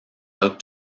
out